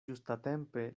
ĝustatempe